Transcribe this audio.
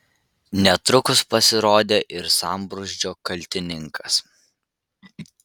netrukus pasirodė ir sambrūzdžio kaltininkas